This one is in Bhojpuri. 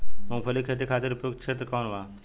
मूँगफली के खेती खातिर उपयुक्त क्षेत्र कौन वा?